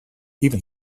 even